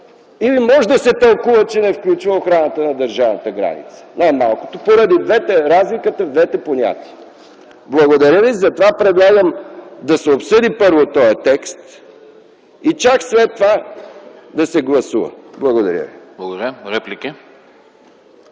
или може да се тълкува, че не включва охраната на държавната граница, най-малкото поради разликата в двете понятия. Предлагам да се обсъди първо този текст и чак след това да се гласува. Благодаря ви.